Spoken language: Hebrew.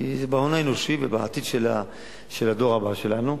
כי זה בהון האנושי ובעתיד של הדור הבא שלנו,